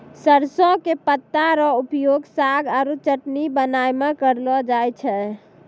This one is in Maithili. सरसों के पत्ता रो उपयोग साग आरो चटनी बनाय मॅ करलो जाय छै